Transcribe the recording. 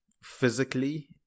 physically